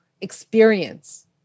experience